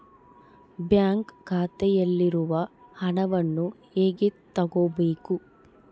Bank ಖಾತೆಯಲ್ಲಿರುವ ಹಣವನ್ನು ಹೇಗೆ ತಗೋಬೇಕು?